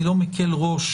אני לא מקל ראש